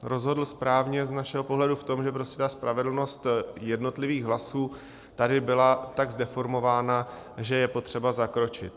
Rozhodl správně z našeho pohledu v tom, že spravedlnost jednotlivých hlasů tady byla tak zdeformována, že je potřeba zakročit.